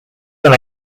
than